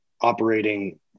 operating